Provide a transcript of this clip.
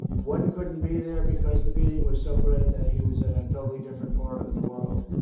one couldn't be there because the beating was so great that he was at a totally different part of the world.